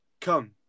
come